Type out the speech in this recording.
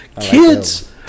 kids –